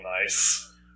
nice